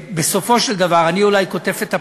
בסופו של דבר אני אולי קוטף את הפירות,